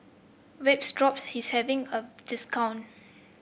Vapodrops is having a discount